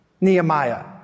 Nehemiah